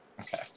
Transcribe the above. Okay